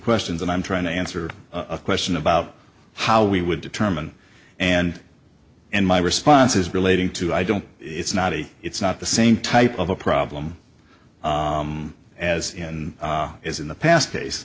questions and i'm trying to answer a question about how we would determine and and my responses relating to i don't it's not it's not the same type of a problem as is in the past